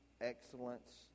excellence